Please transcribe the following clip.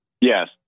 Yes